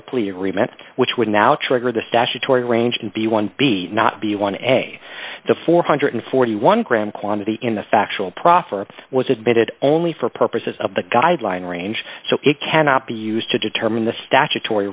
agreement which would now trigger the statutory range in b one b not be one egg to four hundred and forty one gram quantity in a factual proffer was admitted only for purposes of the guideline range so it cannot be used to determine the statutory